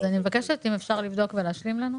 אני מבקשת אם אפשר לבדוק ולהשלים לנו.